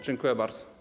Dziękuję bardzo.